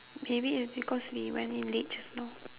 maybe it's because we went in late just now